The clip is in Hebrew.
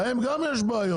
להם גם יש בעיות,